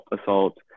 assault